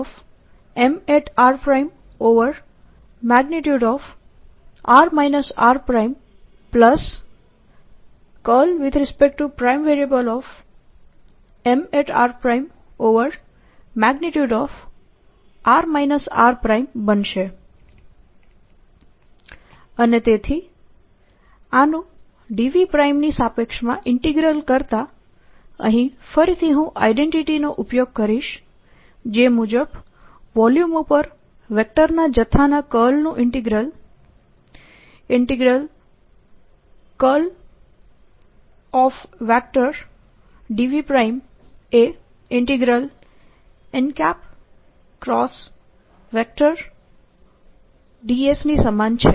1|r r|Mr×1|r r|Mr 1|r r|Mr M r1|r r| ×Mr|r r|Mr|r r| અને તેથી આનું dv' prime ની સાપેક્ષમાં ઇન્ટીગ્રલ કરતા અહીં ફરીથી હું આઇડેન્ટિટી નો ઉપયોગ કરીશ જે મુજબ વોલ્યુમ ઉપર વેક્ટરના જથ્થાના કર્લ નું ઇન્ટીગ્રલ dv એ ds ની સમાન છે